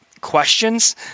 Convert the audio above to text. questions